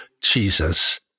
Jesus